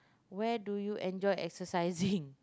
where do you enjoy exercising